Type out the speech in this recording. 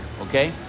okay